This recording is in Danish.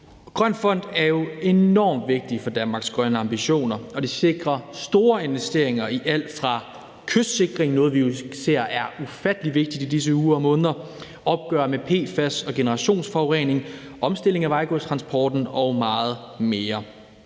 Grøn Fond er jo enormt vigtig for Danmarks grønne ambitioner. Den sikrer store investeringer i alt fra kystsikring – noget, vi jo ser er ufattelig vigtigt, i disse uger og måneder – opgør med PFAS og generationsforurening, omstilling af vejgodstransporten og meget mere.